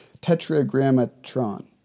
Tetragrammatron